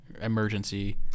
emergency